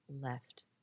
left